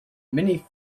many